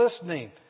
listening